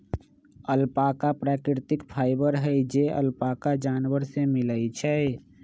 alpaca प्राकृतिक fibre हई जे अल्पाका जानवर से मिलय छइ